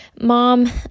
mom